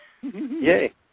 Yay